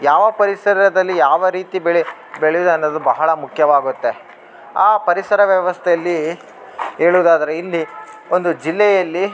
ಯಾವ ಪರಿಸರದಲ್ಲಿ ಯಾವ ರೀತಿ ಬೆಳೆ ಬೆಳೆಯೋದನ್ನೋದು ಬಹಳ ಮುಖ್ಯವಾಗುತ್ತೆ ಆ ಪರಿಸರ ವ್ಯವಸ್ಥೆಯಲ್ಲಿ ಹೇಳುದಾದ್ರೆ ಇಲ್ಲಿ ಒಂದು ಜಿಲ್ಲೆಯಲ್ಲಿ